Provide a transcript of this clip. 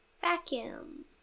vacuum